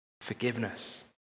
forgiveness